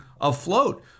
afloat